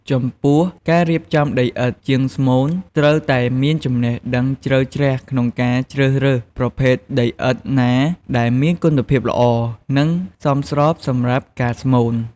ចំពោះការរៀបចំដីឥដ្ឋ: ជាងស្មូនត្រូវតែមានចំណេះដឹងជ្រៅជ្រះក្នុងការជ្រើសរើស ប្រភេទដីឥដ្ឋណាដែលមានគុណភាពល្អ និងសមស្របសម្រាប់ការស្មូន។